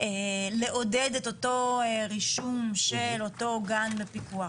לעודד את אותו רישום של אותו גן בפיקוח.